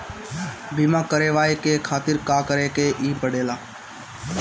बीमा करेवाए के खातिर का करे के पड़ेला?